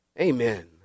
Amen